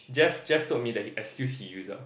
Jeff Jeff told me he excuse he use ah